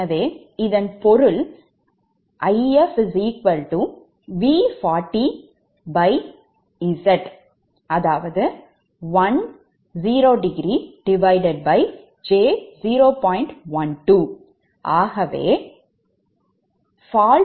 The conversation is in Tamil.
எனவே இதன் பொருள் V40 𝑍 க்கு சமம் அதாவது V40 என்பது prefault மின்னழுத்தம் ஆக 1∠0𝑗0